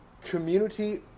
Community